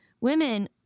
women